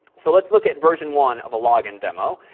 so, let's look at version one of a log in demo,